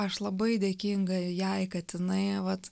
aš labai dėkinga jei kad jinai vat